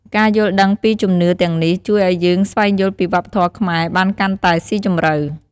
ការយល់ដឹងពីជំនឿទាំងនេះ ជួយឱ្យយើងស្វែងយល់ពីវប្បធម៌ខ្មែរបានកាន់តែស៊ីជម្រៅ។